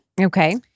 Okay